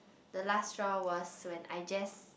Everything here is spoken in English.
the last straw was when I just